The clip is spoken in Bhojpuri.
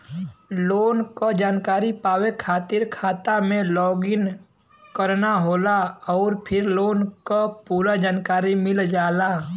लोन क जानकारी पावे खातिर खाता में लॉग इन करना होला आउर फिर लोन क पूरा जानकारी मिल जाला